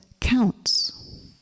counts